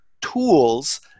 tools